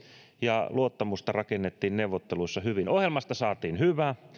ja luottamusta rakennettiin neuvotteluissa hyvin ohjelmasta saatiin hyvä